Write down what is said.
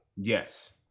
yes